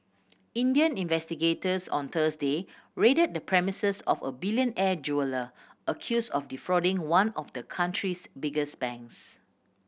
Indian investigators on Thursday raided the premises of a billionaire jeweller accused of defrauding one of the country's biggest banks